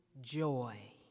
joy